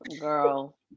girl